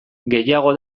gehiago